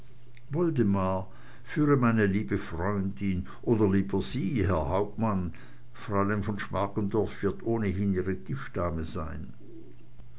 woldemar führe meine liebe freundin oder lieber sie herr hauptmann fräulein von schmargendorf wird ohnehin ihre tischdame sein